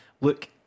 look